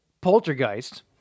Poltergeist